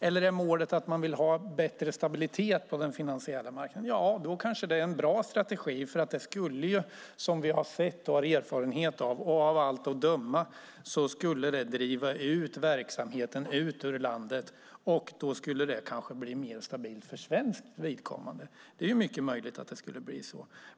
Har man målet att man vill ha bättre stabilitet på den finansiella marknaden är det kanske en bra strategi. Som vi har sett och har erfarenhet av skulle detta av allt att döma driva ut verksamheten ur landet, och då skulle det kanske bli mer stabilt för svenskt vidkommande. Det är mycket möjligt att det skulle bli så.